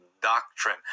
doctrine